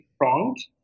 prongs